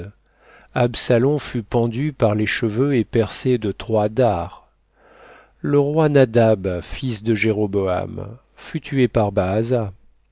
absalon fut pendu par les cheveux et percé de trois dards le roi nadab fils de jéroboam fut tué par